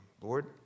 Lord